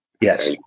Yes